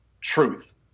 truth